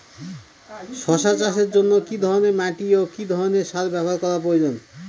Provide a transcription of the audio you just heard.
শশা চাষের জন্য কি ধরণের মাটি ও কি ধরণের সার ব্যাবহার করা প্রয়োজন?